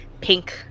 pink